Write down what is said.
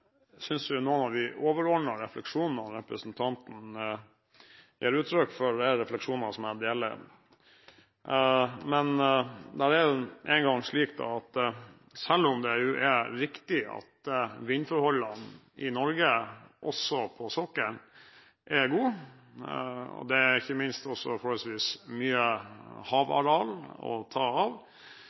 er nå en gang slik at selv om det er riktig at vindforholdene i Norge, også på sokkelen, er gode – og det er ikke minst også forholdsvis mye havareal å ta av